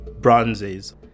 bronzes